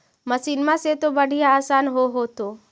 मसिनमा से तो बढ़िया आसन हो होतो?